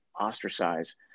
ostracize